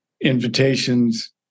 invitations